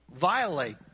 violate